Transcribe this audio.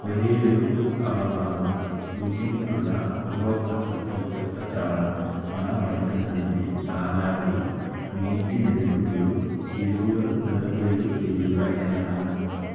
ഒരേയൊരു അപവാദം ബുദ്ധിമുട്ടുള്ള ഉപഭോക്താക്കൾക്ക് ഒറ്റത്തവണ പണമടയ്ക്കുന്നതിൻ്റെ കാലാവധി നീട്ടി നൽകുകയോ കിഴിവുകൾ നൽകുകയോ ചെയ്യുക എന്നതാണ്